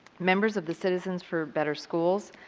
members of the citizens for better schools,